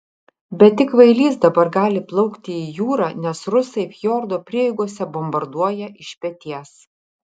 bet tik kvailys dabar gali plaukti į jūrą nes rusai fjordo prieigose bombarduoja iš peties